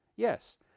Yes